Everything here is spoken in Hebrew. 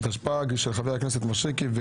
התשפ"ג 2023 (פ/2871/25)